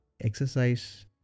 exercise